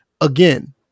again